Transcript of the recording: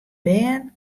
bern